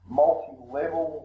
multi-level